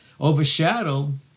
overshadowed